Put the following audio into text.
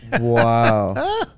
Wow